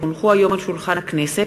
כי הונחו היום על שולחן הכנסת,